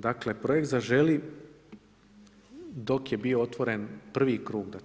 Dakle projekt „Zaželi“ dok je bio otvoren prvi krug